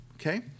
Okay